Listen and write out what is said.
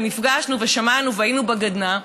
ונפגשנו ושמענו והיינו בגדנ"ע,